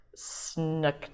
snuck